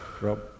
Rob